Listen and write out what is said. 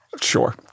Sure